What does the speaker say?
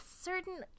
certain